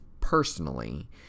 personally